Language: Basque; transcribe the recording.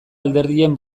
alderdien